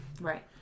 Right